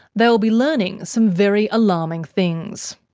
they'll be learning some very alarming things.